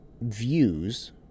views